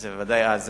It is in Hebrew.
זו בוודאי האזנה